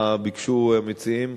מה ביקשו המציעים?